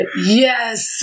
Yes